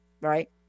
Right